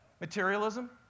Materialism